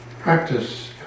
practice